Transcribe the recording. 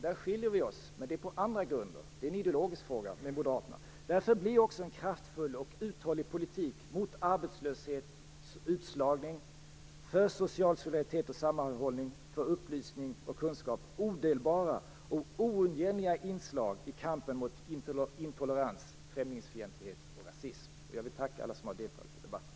Där skiljer vi oss på ideologiska grunder mot Moderaterna. Därför blir en kraftfull och uthållig politik mot arbetslöshet, utslagning, för social solidaritet och sammanhållning, för upplysning och kunskap, odelbara och oundgängliga inslag i kampen mot intolerans, främlingsfientlighet och rasism. Jag vill tacka alla som har deltagit i debatten.